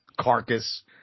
carcass